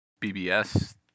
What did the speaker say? BBS